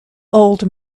old